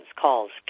calls